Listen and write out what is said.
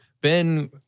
Ben